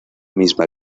misma